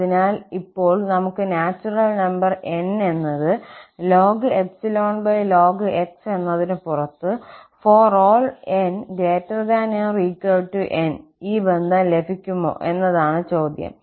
അതിനാൽ ഇപ്പോൾ നമുക്ക് നാച്ചുറൽ നമ്പർ N എന്നത് x എന്നതിന് പുറത്ത് ∀ 𝑛 ≥ 𝑁 ഈ ബന്ധം ലഭിക്കുമോ എന്നതാണ് ചോദ്യം